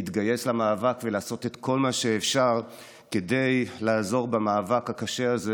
להתגייס למאבק ולעשות כל מה שאפשר כדי לעזור במאבק הקשה הזה,